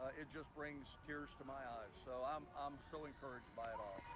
it just brings tears to my eyes, so i'm um so encouraged by it all.